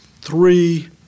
three